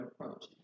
approach